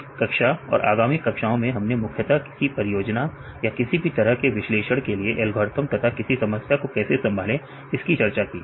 इस कक्षा और आगामी कक्षाओं में हमने मुख्यतः किसी परियोजना या किसी भी तरह के विश्लेषण के लिए एल्गोरिथ्म तथा किसी समस्या को कैसे संभाले इसकी चर्चा की